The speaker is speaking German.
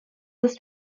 ist